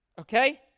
Okay